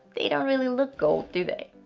they don't really look gold, do they.